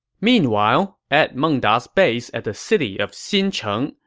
meanwhile, at meng da's base at the city of xincheng,